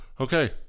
Okay